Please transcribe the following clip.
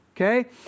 Okay